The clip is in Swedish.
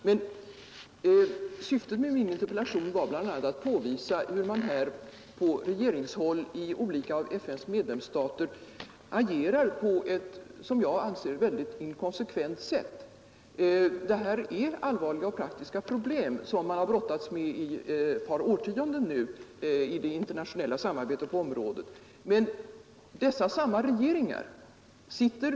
Men syftet med min interpellation var bl.a. att påvisa hur man på regeringshåll i olika av FN:s medlemsstater agerar på ett, som jag anser, väldigt inkonsekvent sätt. Det här är allvarliga praktiska problem, som man har brottats med i ett par årtionden i det internationella samarbetet på området.